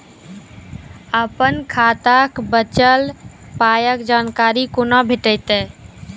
अपन खाताक बचल पायक जानकारी कूना भेटतै?